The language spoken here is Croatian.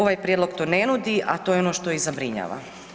Ovaj prijedlog to ne nudi, a to je i ono što zabrinjava.